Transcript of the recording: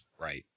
Right